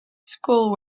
school